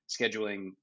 scheduling